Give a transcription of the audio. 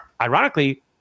ironically